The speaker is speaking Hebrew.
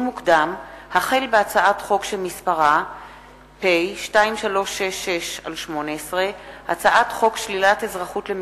י"ט באייר תש"ע, 3 במאי 2010